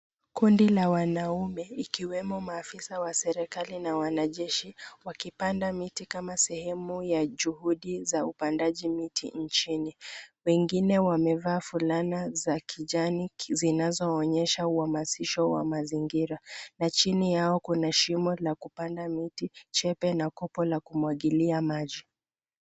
Kundi la wanaume ikiwemo maafisa wa serikali na wanajeshi wakipanda miti kama sehemu ya juhudi za upandaji miti nchini. Wengine wamevaa fulana za kijani zinazoonyesha uhamasisho wa mazingira na chini yao kuna shimo la kupanda miti, jembe na kopo la kumwagilia maji.